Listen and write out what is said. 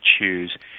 choose